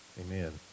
Amen